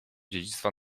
dziedzictwa